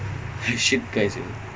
like actually chic